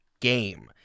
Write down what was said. game